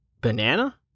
Banana